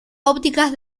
ópticas